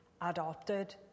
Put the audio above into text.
adopted